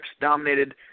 dominated